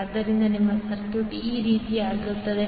ಆದ್ದರಿಂದ ನಿಮ್ಮ ಸರ್ಕ್ಯೂಟ್ ಈ ರೀತಿ ಆಗುತ್ತದೆ